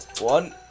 one